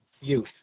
youth